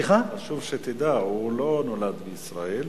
חשוב שתדע, הוא לא נולד בישראל.